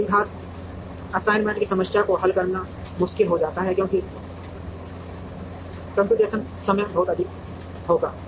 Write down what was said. और द्विघात असाइनमेंट की समस्या को हल करना मुश्किल हो जाता है क्योंकि कम्प्यूटेशनल समय बहुत अधिक होगा